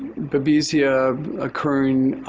babesia occurring